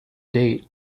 date